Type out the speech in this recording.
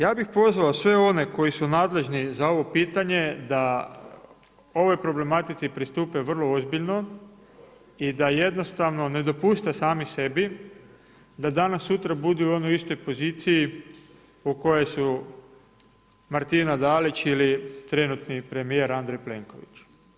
Ja bih pozvao sve one koji su nadležni za ovo pitanje da ovoj problematici pristupe vrlo ozbiljno i da jednostavno ne dopuste sami sebi da danas sutra budu i on u istoj poziciji u kojoj su Martina Dalić ili trenutni premjer Andrej Plenković.